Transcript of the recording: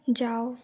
जाओ